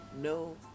no